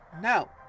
no